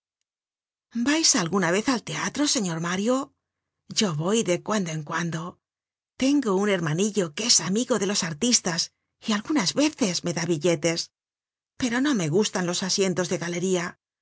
vais alguna vez al teatro señor mario yo voy de cuando en cuando tengo un hermanillo que es amigo de los artistas y algunas veces me da billetes pero no me gustan los asientos de galería